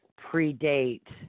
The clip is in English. predate